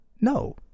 No